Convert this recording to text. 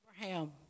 Abraham